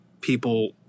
people